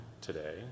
today